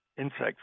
insects